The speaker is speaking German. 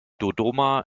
dodoma